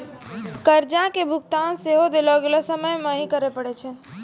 कर्जा के भुगतान सेहो देलो गेलो समय मे ही करे पड़ै छै